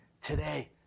today